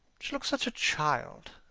she looked such a child,